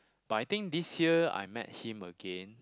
but I think this year I met him again